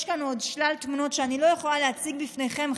יש כאן עוד שלל תמונות שאני לא יכולה להציג בפניכם,